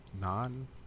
Non